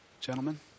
Gentlemen